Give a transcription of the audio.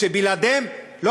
החוקים שבלעדיהם,